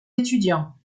étudiants